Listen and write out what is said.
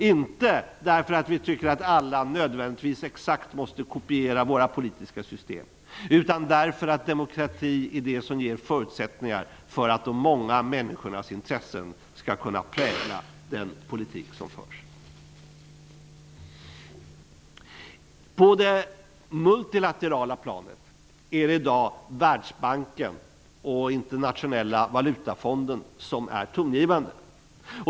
Inte därför att vi tycker att alla nödvändigtvis exakt måste kopiera våra politiska system, utan därför att demokrati är det som ger förutsättningar för att de många människornas intressen skall kunna prägla den politik som förs. På det multilaterala planet är det i dag Världsbanken och Internationella valutafonden som är tongivande.